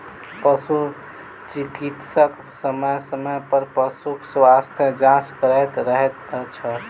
पशु चिकित्सक समय समय पर पशुक स्वास्थ्य जाँच करैत रहैत छथि